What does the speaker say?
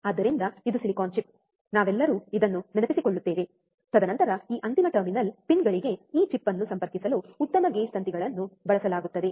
ಆದ್ದರಿಂದ ಇದು silicon chip ನಾವೆಲ್ಲರೂ ಇದನ್ನು ನೆನಪಿಸಿಕೊಳ್ಳುತ್ತೇವೆ ತದನಂತರ ಈ ಅಂತಿಮ ಟರ್ಮಿನಲ್ ಪಿನ್ಗಳಿಗೆ ಈ ಚಿಪ್ ಅನ್ನು ಸಂಪರ್ಕಿಸಲು ಉತ್ತಮ ಗೇಜ್ ತಂತಿಗಳನ್ನು ಬಳಸಲಾಗುತ್ತದೆ